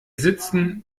sitzen